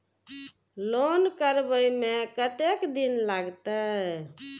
Loan करबे में कतेक दिन लागते?